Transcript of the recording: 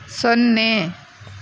ಸೊನ್ನೆ